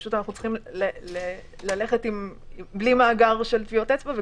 צריך ללכת בלי מאגר של טביעות אצבע.